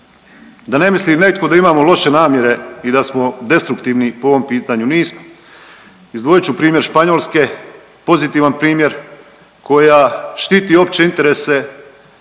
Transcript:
Da ne misli netko da imamo loše namjere i da smo destruktivni po ovom pitanju, nismo. Izdvojit ću primjer Španjolske, pozitivan primjer, koja štiti opće interese